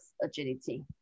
agility